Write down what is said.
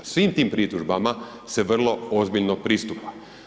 Svim tim pritužbama se vrlo ozbiljno pristupa.